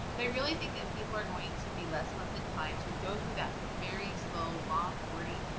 but i really think that people are going to be less, less, inclined to go through that very slow, long wordy,